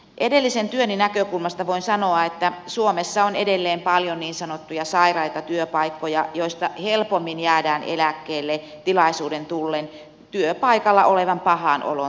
edellisen työni näkökulmasta voin sanoa että suomessa on edelleen paljon niin sanottuja sairaita työpaikkoja joista helpommin jäädään eläkkeelle tilaisuuden tullen työpaikalla olevan pahan olon takia